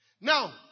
Now